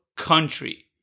country